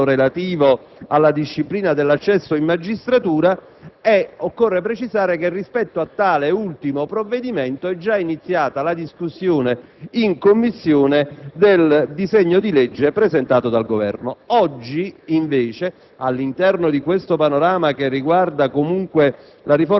del decreto legislativo n. 160 del 5 aprile 2006, quello relativo alla disciplina dell'accesso in magistratura e occorre precisare, rispetto a tale ultimo provvedimento, che è già iniziata la discussione in Commissione del disegno di legge presentato dal Governo.